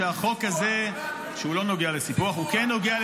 נגמר הזמן.